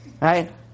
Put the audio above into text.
Right